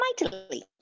mightily